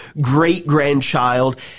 great-grandchild